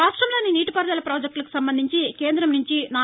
రాష్టంలోని నీటిపారుదల పాజెక్టులకు సంబంధించి కేంద్రం నుంచి రూ